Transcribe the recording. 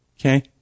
okay